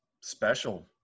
special